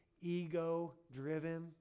ego-driven